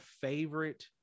favorite